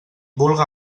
vulga